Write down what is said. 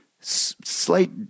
slight